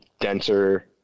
denser